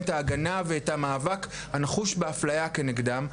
את ההגנה ואת המאבק הנחוש באפליה כנגדם.